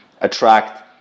attract